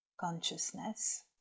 consciousness